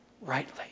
rightly